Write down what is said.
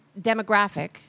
demographic